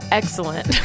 excellent